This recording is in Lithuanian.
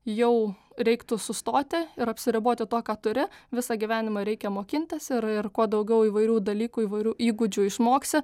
jau reiktų sustoti ir apsiriboti tuo ką turi visą gyvenimą reikia mokintis ir ir kuo daugiau įvairių dalykų įvairių įgūdžių išmoksi